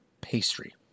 pastry